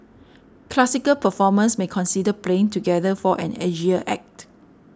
classical performers may consider playing together for an edgier act